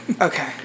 Okay